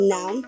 Now